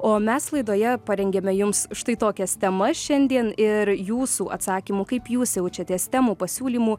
o mes laidoje parengėme jums štai tokias temas šiandien ir jūsų atsakymų kaip jūs jaučiatės temų pasiūlymų